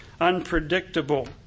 unpredictable